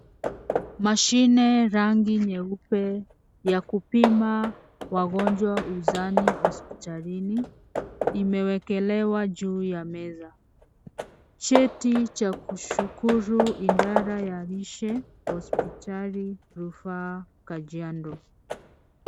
Mashine rangi nyeupe ya kupima wagonjwa uzani hospitalini imewekelewa juu ya meza. Cheti cha kushukuru idara ya lishe hospitali rufaa kajiado.